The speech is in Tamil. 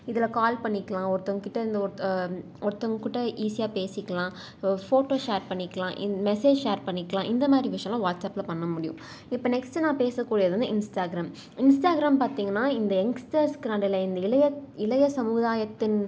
இதில் கால் பண்ணிக்கலாம் ஒருத்தங்கக்கிட்டருந்து ஒருத் ஒருத்தங்கக்குட்ட ஈசியாக பேசிக்கலாம் ஃபோட்டோ ஷேர் பண்ணிக்கலாம் இந் மெசேஜ் ஷேர் பண்ணிக்கலாம் இந்த மாதிரி விஷயம்லாம் வாட்ஸ்அப்பில் பண்ண முடியும் இப்போ நெக்ஸ்ட்டு நான் பேசக்கூடியது வந்து இன்ஸ்டாகிராம் இன்ஸ்டாகிராம் பார்த்திங்கன்னா இந்த எங்ஸ்டர்ஸ்க்கு நடையில் இந்த இளைய இளைய சமுதாயத்தின்